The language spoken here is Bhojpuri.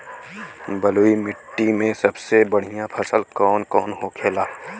बलुई मिट्टी में सबसे बढ़ियां फसल कौन कौन होखेला?